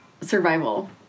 survival